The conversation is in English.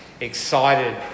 excited